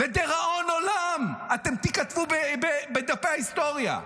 לדיראון עולם אתם תיכתבו בדפי ההיסטוריה.